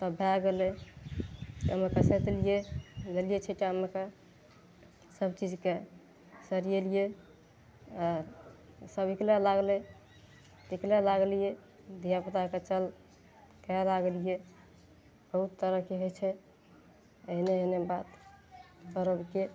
तब भए गेलय फेनोसँ देखलिये लेलियै छिट्टामे कए सब चीजके सरियेलियै आओर सब उठबय लागलय उठबय लागलियै धिया पुताके चल कहय लागलियै बहुत तरहसँ होइ छै अहिने अहिने बात पर्वके